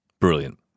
brilliant